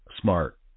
smart